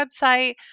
website